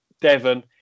Devon